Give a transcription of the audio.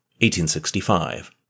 1865